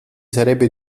sarebbe